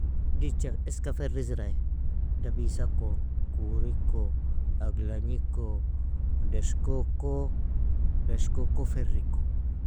Dicha eska ferrizre ay, dabisako, kuriko, aglagniko, deshkoko, deshkoko, firiko.